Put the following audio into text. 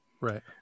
Right